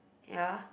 ya